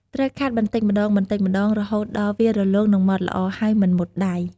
ត្រូវខាត់បន្តិចម្តងៗរហូតដល់វារលោងនិងម៉ដ្ឋល្អ ហើយមិនមុតដៃ។